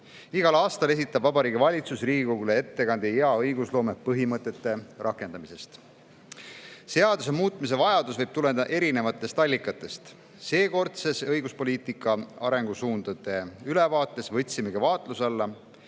Igal aastal esitab Vabariigi Valitsus Riigikogule ettekande hea õigusloome põhimõtete rakendamisest. Seaduse muutmise vajadus võib tuleneda erinevatest allikatest. Seekordses õiguspoliitika arengusuundade ülevaates võtsimegi vaatluse alla,